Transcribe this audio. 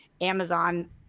amazon